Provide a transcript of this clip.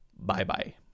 Bye-bye